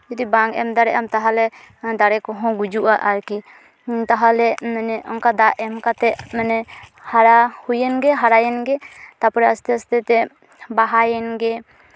ᱡᱩᱫᱤ ᱵᱟᱝ ᱮᱢ ᱫᱟᱲᱮᱜ ᱟᱢ ᱛᱟᱦᱚᱞᱮ ᱫᱟᱨᱮ ᱠᱚᱦᱚᱸ ᱜᱩᱡᱩᱜᱼᱟ ᱟᱨᱠᱤ ᱛᱟᱦᱚᱞᱮ ᱚᱱᱠᱟ ᱫᱟᱜ ᱮᱢ ᱠᱟᱛᱮ ᱢᱟᱱᱮ ᱦᱟᱨᱟ ᱦᱩᱭᱮᱱ ᱜᱮ ᱦᱟᱨᱟᱭᱮᱱᱜᱮ ᱛᱟᱨᱯᱚᱨ ᱟᱥᱛᱮ ᱟᱥᱛᱮ ᱛᱮ ᱵᱟᱦᱟᱭᱮᱱ ᱜᱮ